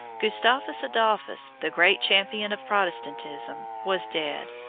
gustavus adolphus, the great champion of protestantism, was dead,